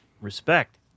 Respect